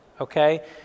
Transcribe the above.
okay